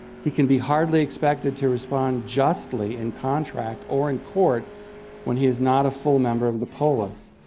he can be hardly expected to respond justly in contract or in court when he is not a full member of the polis.